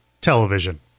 television